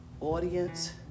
audience